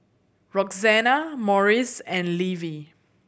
Roxana Morris and Levie